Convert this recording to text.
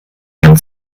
ihren